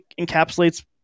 encapsulates